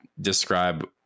describe